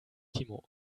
timo